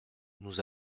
nous